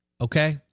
Okay